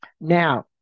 Now